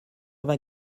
vingt